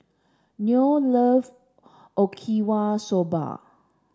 Noe love Okinawa Soba